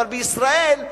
אבל בישראל,